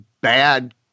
bad